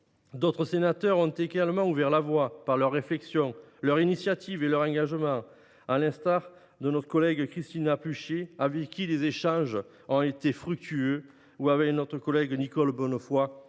D’autres sénateurs ont également ouvert la voie par leurs réflexions, leur initiative et leur engagement, à l’instar de notre collègue Kristina Pluchet, avec qui les échanges ont été fructueux, ou de notre collègue Nicole Bonnefoy,